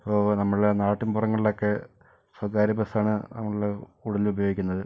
ഇപ്പോൾ നമ്മുടെ നാട്ടിൻ പുറങ്ങളിൽ ഒക്കെ സ്വകാര്യ ബസ് ആണ് നമ്മള് കൂടുതൽ ഉപയോഗിക്കുന്നത്